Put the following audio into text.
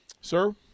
Sir